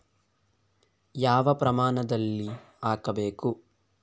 ಯಾವ ಪ್ರಮಾಣದಲ್ಲಿ ಹಾಕಬೇಕು?